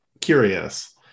curious